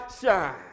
shine